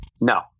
No